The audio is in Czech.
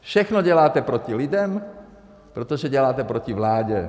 Všechno děláte proti lidem, protože děláte proti vládě.